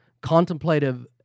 contemplative